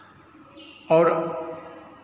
और